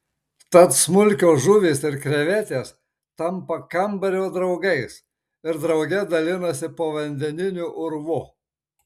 tad smulkios žuvys ir krevetės tampa kambario draugais ir drauge dalinasi povandeniniu urvu